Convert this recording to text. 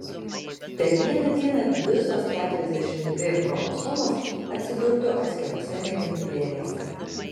per vieną dieną visos keturiasdešimt dvi chromosomos atsidurtų atskiruose mėgintuvėliuose